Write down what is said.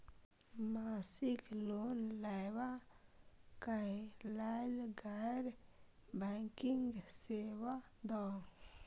मासिक लोन लैवा कै लैल गैर बैंकिंग सेवा द?